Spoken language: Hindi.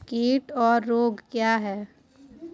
कीट और रोग क्या हैं?